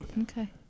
Okay